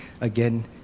again